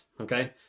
Okay